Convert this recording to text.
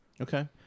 Okay